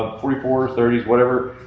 ah forty four or thirty s whatever,